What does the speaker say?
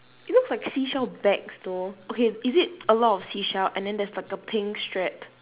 it looks likes seashell bag though okay is it a lot of seashell and then there's like a pink strap